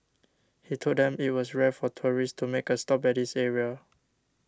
he told them it was rare for tourists to make a stop at this area